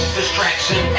Distraction